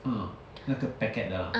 啊那个 packet 的啊